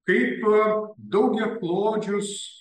kaip daugiaklodžius